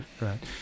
right